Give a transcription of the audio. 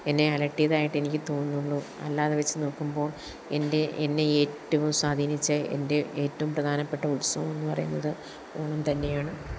എന്നെ അലട്ടിയതായിട്ട് എനിക്ക് തോന്നുന്നുള്ളൂ അല്ലാതെ വെച്ച് നോക്കുമ്പോള് എൻ്റെ എന്നെ ഏറ്റവും സ്വാധീനിച്ച എൻ്റെ ഏറ്റവും പ്രധാനപ്പെട്ട ഉത്സവം എന്നു പറയുന്നത് ഓണം തന്നെയാണ്